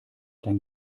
dein